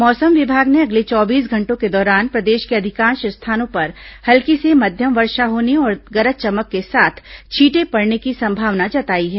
मौसम विभाग ने अगले चौबीस घंटों के दौरान प्रदेश के अधिकांश स्थानों पर हल्की से मध्यम वर्षा होने और गरज चमक के साथ छीटें पड़ने की संभावना जताई है